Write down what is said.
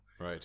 Right